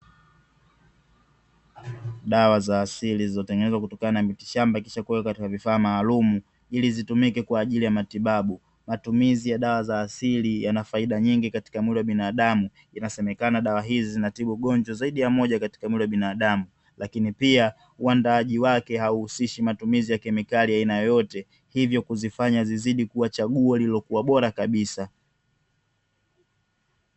Dawa za asili zilizotengenezwa kwa kutumia shamba au kwa kutumia vifaa maalumu, ili zitumike kwa ajili ya matibabu. Matumizi ya dawa za asili yana faida nyingi katika mwili wa binadamu. Inasemekana dawa hizi zinatibu gonjwa zaidi ya moja katika mwili wa binadamu. Lakini pia uandaaji wake hauhusishi matumizi ya kemikali ya aina yoyote. Hivyo kuzifanya zizidi kuwa chaguo lililokuwa bora kabisa.